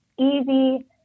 easy